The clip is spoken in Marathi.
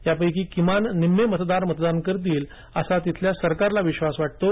यापैकी किमान निम्मे मतदार मतदान करतील असा तिथल्या सरकारला विश्वास वाटतो